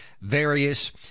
various